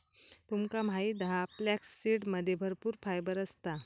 तुमका माहित हा फ्लॅक्ससीडमध्ये भरपूर फायबर असता